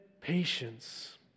patience